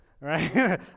right